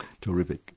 Terrific